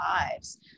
lives